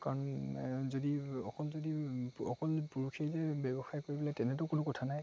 কাৰণ যদি অকল যদি অকল পুৰুষেই যে ব্যৱসায় কৰিব লাগে তেনেতো কোনো কথা নাই